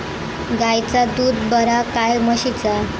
गायचा दूध बरा काय म्हशीचा?